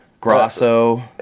Grosso